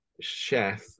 chef